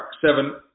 seven